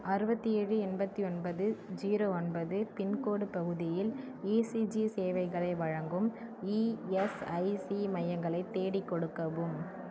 அறுபத்தி ஏழு எண்பத்தி ஒன்பது ஜீரோ ஒன்பது பின்கோடு பகுதியில் இசிஜி சேவைகளை வழங்கும் இஎஸ்ஐசி மையங்களை தேடிக் கொடுக்கவும்